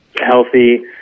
healthy